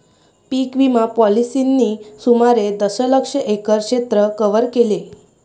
पीक विमा पॉलिसींनी सुमारे दशलक्ष एकर क्षेत्र कव्हर केले